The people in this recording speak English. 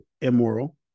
immoral